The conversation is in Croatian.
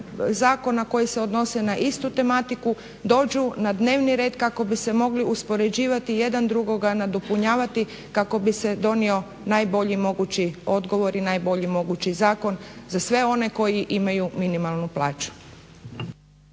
zakona koji se odnose na istu tematiku dođu na dnevni red kako bi se mogli uspoređivati, jedan drugoga nadopunjavati kako bi se donio najbolji mogući odgovor i najbolji mogući zakon za sve one koji imaju minimalnu plaću.